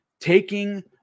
Taking